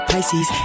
Pisces